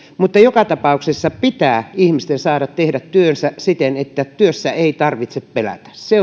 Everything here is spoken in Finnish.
joka tapauksessa pitää ihmisten saada tehdä työnsä siten että työssä ei tarvitse pelätä se